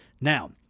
Now